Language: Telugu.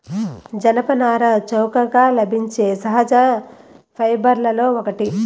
జనపనార చౌకగా లభించే సహజ ఫైబర్లలో ఒకటి